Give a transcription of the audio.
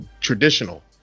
traditional